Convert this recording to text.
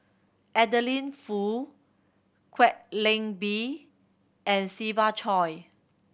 Adeline Foo Kwek Leng Beng and Siva Choy